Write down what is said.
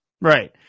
Right